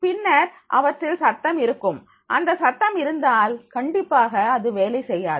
பின்னர் அவற்றில் சத்தம் இருக்கும் அந்த சத்தம் இருந்தால் கண்டிப்பாக அது வேலை செய்யாது